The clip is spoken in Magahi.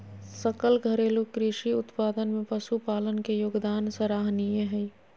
सकल घरेलू कृषि उत्पाद में पशुपालन के योगदान सराहनीय हइ